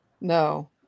No